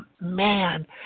man